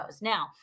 Now